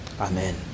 Amen